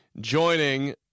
joining